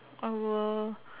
I will